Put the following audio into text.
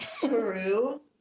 Peru